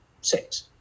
six